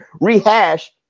rehash